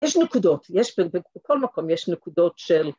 ‫יש נקודות, ‫בכל מקום יש נקודות של...